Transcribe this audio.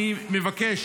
אני מבקש,